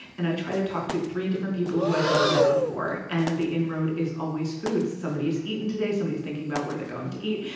and i try to talk to three different people who i've never met before. and the inroad is always food. somebody has eaten today. somebody is thinking about where they're going to eat.